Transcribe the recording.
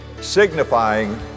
signifying